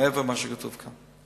זה מעבר למה שכתוב כאן.